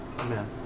Amen